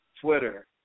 Twitter